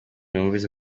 yumvise